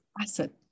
acid